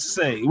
say